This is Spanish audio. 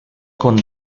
con